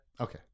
okay